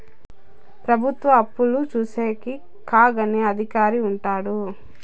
ప్రభుత్వ అప్పులు చూసేకి కాగ్ అనే అధికారి ఉంటాడు